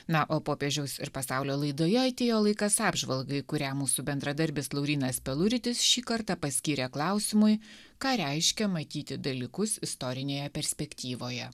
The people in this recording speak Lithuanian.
na o popiežiaus ir pasaulio laidoje atėjo laikas apžvalgai kurią mūsų bendradarbis laurynas peluritis šį kartą paskyrė klausimui ką reiškia matyti dalykus istorinėje perspektyvoje